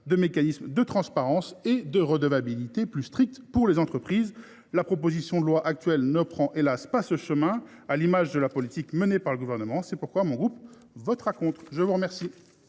des mécanismes de transparence et de redevabilité plus stricts pour les entreprises. La proposition de loi actuelle ne prend, hélas, pas ce chemin, à l’image de la politique menée par le Gouvernement. C’est pourquoi le GEST votera contre. Mes chers